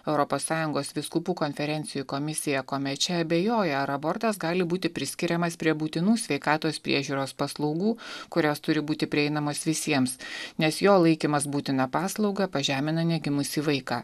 europos sąjungos vyskupų konferencijų komisija komeče abejoja ar abortas gali būti priskiriamas prie būtinų sveikatos priežiūros paslaugų kurios turi būti prieinamos visiems nes jo laikymas būtina paslauga pažemina negimusį vaiką